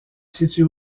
situe